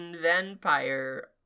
vampire